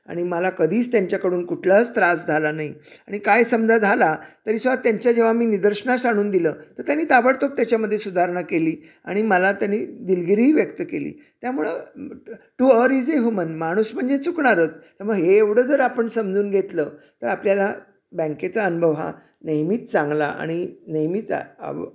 आणि मला कधीच त्यांच्याकडून कुठलाच त्रास झाला नाही आणि काय समजा झाला तरीसुद्धा त्यांच्या जेव्हा मी निदर्शनास आणून दिलं तर त्यांनी ताबडतोब त्याच्यामध्ये सुधारणा केली आणि मला त्यांनी दिलगिरीही व्यक्त केली त्यामुळं to err is a human माणूस म्हणजे चुकणारच हे एवढं जर आपण समजून घेतलं तर आपल्याला बँकेचा अनुभव हा नेहमीच चांगला आणि नेहमीचा आव